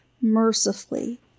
mercifully